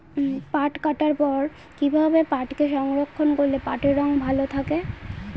পাট কাটার পর কি ভাবে পাটকে সংরক্ষন করলে পাটের রং ভালো থাকে?